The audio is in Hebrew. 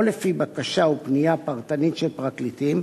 לפי בקשה ופנייה פרטנית של פרקליטים,